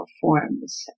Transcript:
forms